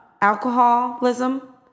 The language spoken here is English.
alcoholism